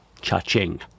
cha-ching